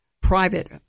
private